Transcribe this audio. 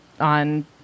on